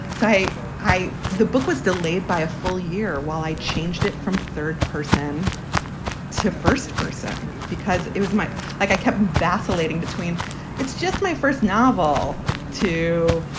so i, i the book was delayed by a full year while i changed it from third person to first person because it was my like i kept vacillating between it's just my first novel too,